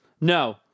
No